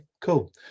Cool